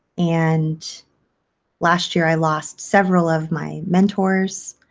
and last year, i lost several of my mentors.